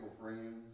friends